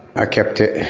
i kept it